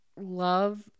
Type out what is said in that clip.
love